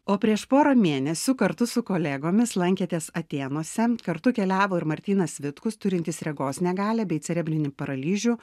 o prieš porą mėnesių kartu su kolegomis lankėtės atėnuose kartu keliavo ir martynas vitkus turintis regos negalią bei cerebrinį paralyžių